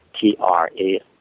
T-R-A